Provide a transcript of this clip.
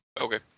Okay